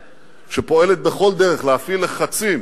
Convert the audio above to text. שפועלת בכל דרך להפעיל לחצים